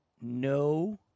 no